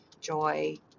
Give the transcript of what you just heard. joy